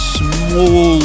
small